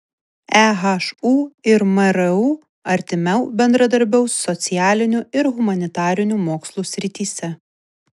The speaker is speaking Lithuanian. ehu ir mru artimiau bendradarbiaus socialinių ir humanitarinių mokslų srityse